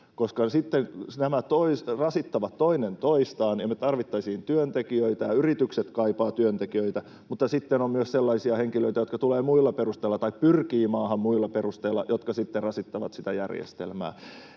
koska nämä rasittavat toinen toistaan. Me tarvittaisiin työntekijöitä ja yritykset kaipaavat työntekijöitä, mutta sitten on myös sellaisia henkilöitä, jotka tulevat muilla perusteilla, tai pyrkivät maahan muilla perusteilla, jotka sitten rasittavat sitä järjestelmää.